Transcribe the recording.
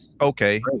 okay